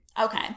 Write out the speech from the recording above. Okay